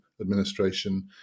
administration